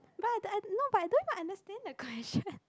but I I not but I don't even understand the question